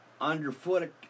underfoot